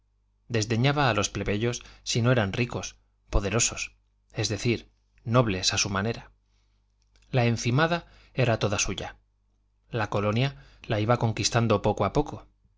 desdeñaba a los plebeyos si no eran ricos poderosos es decir nobles a su manera la encimada era toda suya la colonia la iba conquistando poco a poco